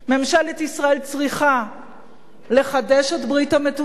ממשלת ישראל צריכה לחדש את ברית המתונים,